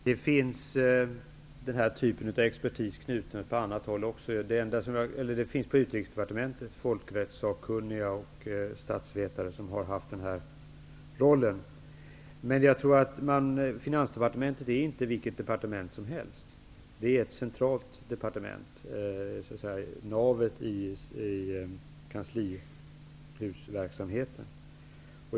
Herr talman! Den här typen av expertis finns även på andra håll. På Utrikesdepartementet finns t.ex. folkrättssakkunniga och statsvetare som har haft denna roll. Finansdepartementet är inte vilket departement som helst. Departementet är navet i Kanslihusets verksamhet.